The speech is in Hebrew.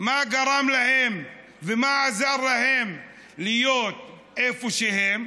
מה גרם להם ומה עזר להם להיות איפה שהם,